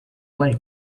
lake